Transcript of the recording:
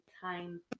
time